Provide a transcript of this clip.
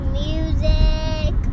music